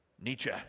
Nietzsche